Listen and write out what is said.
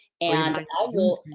and i will,